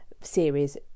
series